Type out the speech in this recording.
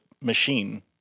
machine